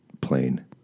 plain